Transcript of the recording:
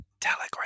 telegram